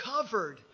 covered